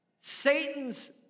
Satan's